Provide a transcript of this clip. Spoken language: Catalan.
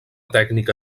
tècnica